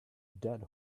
dead